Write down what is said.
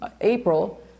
April